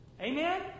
Amen